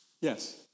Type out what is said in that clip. Yes